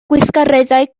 gweithgareddau